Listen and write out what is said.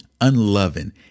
unloving